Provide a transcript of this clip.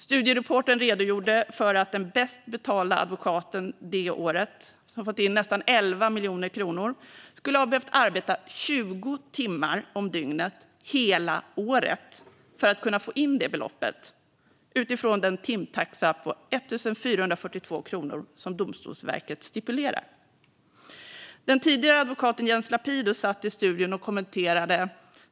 Studioreportern redogjorde för att den bäst betalda advokaten det året, som fått in nästan 11 miljoner kronor, skulle ha behövt arbeta 20 timmar om dygnet hela året för att kunna få in det beloppet utifrån den timtaxa på 1 442 kronor som Domstolsverket stipulerar. Den tidigare advokaten Jens Lapidus satt i studion och kommenterade.